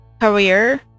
career